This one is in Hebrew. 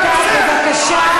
מי, חבר הכנסת איימן עודה, בבקשה.